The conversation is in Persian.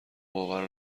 باور